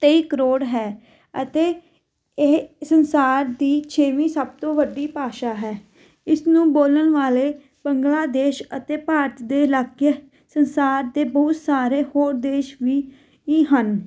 ਤੇਈ ਕਰੋੜ ਹੈ ਅਤੇ ਇਹ ਸੰਸਾਰ ਦੀ ਛੇਵੀਂ ਸਭ ਤੋਂ ਵੱਡੀ ਭਾਸ਼ਾ ਹੈ ਇਸ ਨੂੰ ਬੋਲਣ ਵਾਲੇ ਬੰਗਲਾਦੇਸ਼ ਅਤੇ ਭਾਰਤ ਦੇ ਇਲਾਕੇ ਸੰਸਾਰ ਦੇ ਬਹੁਤ ਸਾਰੇ ਹੋਰ ਦੇਸ਼ ਵੀ ਹੀ ਹਨ